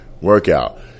workout